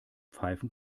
pfeifen